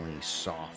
soft